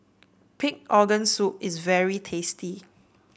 Pig Organ Soup is very tasty